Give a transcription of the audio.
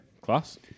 Class